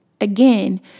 Again